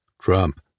Trump